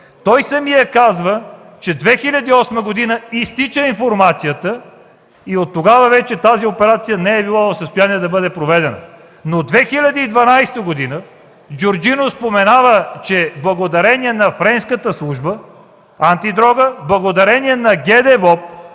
Той самият казва, че 2008 г. изтича информацията и от тогава вече тази операция не е била в състояние да бъде проведена. Но 2012 г. Джорджино споменава, че благодарение на френската служба „Антидрога”, благодарение на ГДБОП,